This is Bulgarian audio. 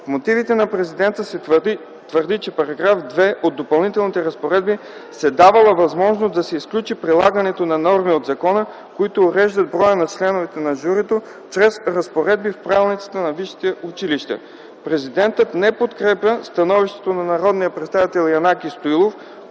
мотивите на президента се твърди, че с § 2 от Допълнителните разпоредби се давала възможност да се изключи прилагането на норми от закона, които уреждат броя на членове на журито чрез разпоредби в правилниците на висшите училища. Президентът не подкрепя становището на народния представител Янаки Стоилов,